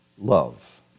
love